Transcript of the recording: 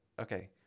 okay